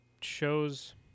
shows